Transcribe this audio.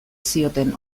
zioten